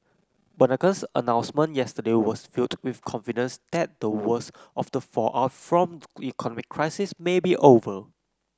Bernanke's announcement yesterday was viewed with confidence that the worst of the fallout from the economic crisis may be over